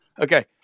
Okay